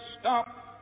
stop